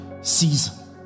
season